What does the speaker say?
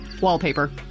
Wallpaper